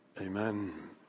Amen